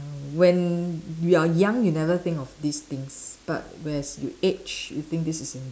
when you are young you never think of these things but as you age you think this is im~